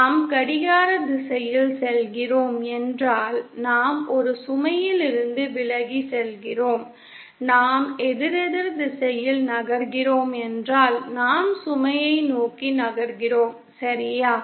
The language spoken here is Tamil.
நாம் கடிகார திசையில் செல்கிறோம் என்றால் நாம் ஒரு சுமையிலிருந்து விலகிச் செல்கிறோம் நாம் எதிரெதிர் திசையில் நகர்கிறோம் என்றால் நாம் சுமையை நோக்கி நகர்கிறோம் சரியா